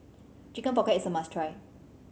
Chicken Pocket is a must try